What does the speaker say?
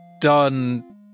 done